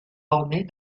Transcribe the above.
ornés